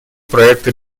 проекта